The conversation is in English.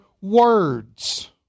words